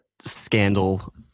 scandal